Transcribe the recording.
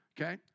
okay